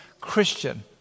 Christian